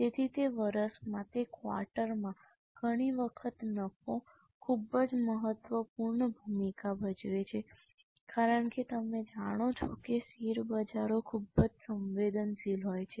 તેથી તે વર્ષમાં તે ક્વાર્ટરમાં ઘણી વખત નફો ખૂબ જ મહત્વપૂર્ણ ભૂમિકા ભજવે છે કારણ કે તમે જાણો છો કે શેરબજારો ખૂબ જ સંવેદનશીલ હોય છે